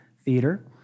Theater